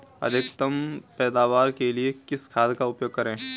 अधिकतम पैदावार के लिए किस खाद का उपयोग करें?